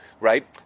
right